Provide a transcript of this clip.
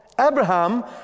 Abraham